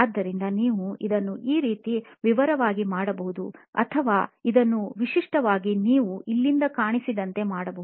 ಆದ್ದರಿಂದ ನೀವು ಇದನ್ನು ಈ ರೀತಿ ವಿವರವಾಗಿ ಮಾಡಬಹುದು ಅಥವಾ ಇದನ್ನು ವಿಶಿಷ್ಟವಾಗಿ ನೀವು ಇಲ್ಲಿ ಕಾಣಿಸಿದಂತೆ ಮಾಡಬಹುದು